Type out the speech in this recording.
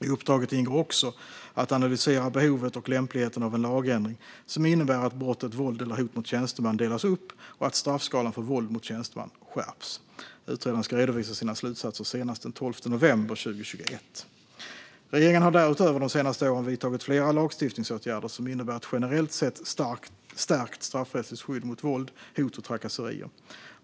I uppdraget ingår också att analysera behovet och lämpligheten av en lagändring som innebär att brottet våld eller hot mot tjänsteman delas upp och att straffskalan för våld mot tjänsteman skärps. Utredaren ska redovisa sina slutsatser senast den 12 november 2021. Regeringen har därutöver de senaste åren vidtagit flera lagstiftningsåtgärder som innebär ett generellt sett stärkt straffrättsligt skydd mot våld, hot och trakasserier.